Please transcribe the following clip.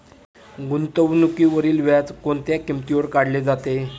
गुंतवणुकीवरील व्याज कोणत्या किमतीवर काढले जाते?